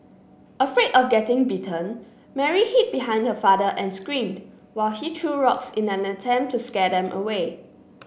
afraid of getting bitten Mary hid behind her father and screamed while he threw rocks in an attempt to scare them away